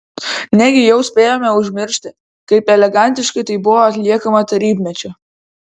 negi jau spėjome užmiršti kaip elegantiškai tai buvo atliekama tarybmečiu